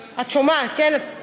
את שומעת, כן?